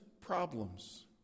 problems